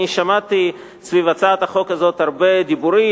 אני שמעתי סביב הצעת החוק הזאת הרבה דיבורים,